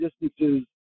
distances